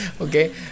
Okay